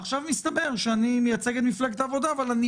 עכשיו מסתבר שאני מייצג את מפלגת העבודה אבל אני